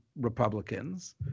Republicans